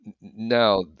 Now